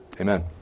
Amen